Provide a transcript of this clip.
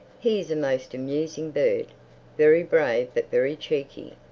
he is a most amusing bird very brave but very cheeky.